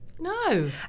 no